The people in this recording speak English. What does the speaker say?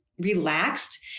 relaxed